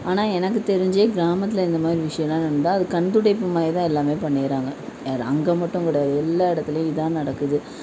ஆனால் எனக்கு தெரிஞ்சே கிராமத்தில் இந்தமாதிரி விஷயம்லாம் நடந்தால் அது கண்துடைப்பு மாதிரி தான் எல்லாமே பண்ணிடுறாங்க யார் அங்கே மட்டும் கிடையாது எல்லா இடத்துலையும் இதுதான் நடக்குது